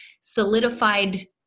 solidified